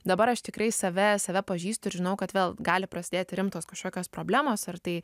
dabar aš tikrai save save pažįstu ir žinau kad vėl gali prasidėti rimtos kažkokios problemos ar tai